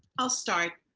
i'll start.